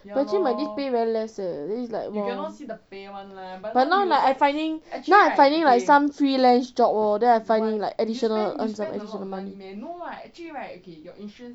but actually my this pay very less leh then it's like !wah! but now I like finding now I finding like some freelance job lor then I finding like additional earn some money